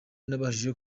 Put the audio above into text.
nabashije